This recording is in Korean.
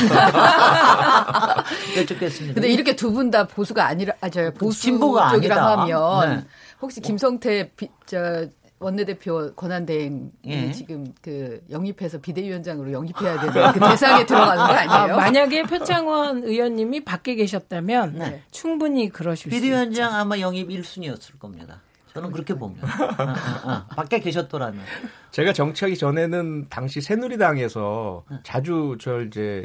여쭙겠습니다. 근데 이렇게 두 분 다 보수가 아니라- 아, 저, 그 진보가 보수 쪽이라 아니다. 하면 네. 혹시 김성태 비- 저, 원내대표 권한대행이 예. 지금 그 영입해서 비대위원장으로 영입해야 되는 그 대상에 들어가는 거 아니에요? 아, 만약에 표창원 의원님이 밖에 계셨다면 네. 충분히 그러실 수 있죠. 비대위원장 아마 영입 일순위였을 겁니다. 저는 그렇게 봅니다. 잠깐만요. 어, 어, 어. 밖에 계셨더라면. 제가 정치하기 전에는 당시 새누리당에서 자주 저를 이제